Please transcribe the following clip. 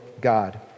God